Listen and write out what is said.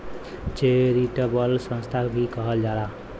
charitable संस्था भी कहल जाला